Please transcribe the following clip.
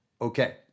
Okay